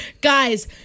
Guys